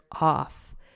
off